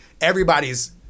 Everybody's